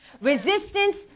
Resistance